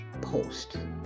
Post